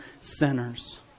sinners